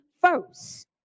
first